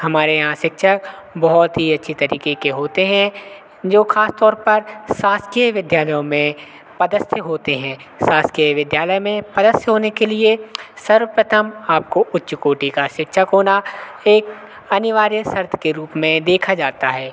हमारे यहाँ शिक्षक बहुत ही अच्छी तरीक़े के होते हैं जो ख़ासतौर पर शासकीय विध्यालयों में पदस्थ होते हैं शासकीय विद्यालय में पदस्ठ होने के लिए सर्वप्रथम आपको उच्च कोटि का शिक्षक होना एक अनिवार्य शर्त के रूप में देखा जाता है